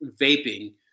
vaping